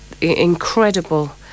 incredible